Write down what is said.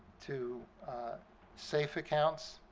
to safe accounts.